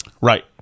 Right